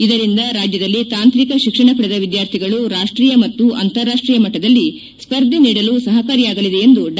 ಇದರಿಂದ ರಾಜ್ಯದಲ್ಲಿ ತಾಂತ್ರಿಕ ಶಿಕ್ಷಣ ಪಡೆದ ವಿದ್ಯಾರ್ಥಿಗಳು ರಾಷ್ಟೀಯ ಮತ್ತು ಅಂತಾರಾಷ್ಷೀಯ ಮಟ್ಟದಲ್ಲಿ ಸ್ಪರ್ಧೆ ನೀಡಲು ಸಹಕಾರಿಯಾಗಲಿದೆ ಎಂದು ಡಾ